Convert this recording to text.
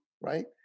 right